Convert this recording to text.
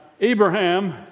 Abraham